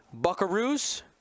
buckaroos